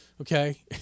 okay